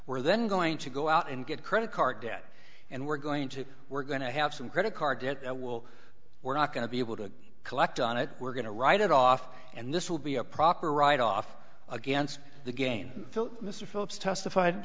where then going to go out and get credit card debt and we're going to we're going to have some credit card debt that will we're not going to be able to collect on it we're going to write it off and this will be a proper write off against the game mr phillips testified